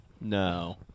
No